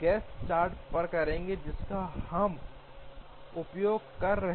Gantt chart पर करेंगे जिसका हम उपयोग कर रहे हैं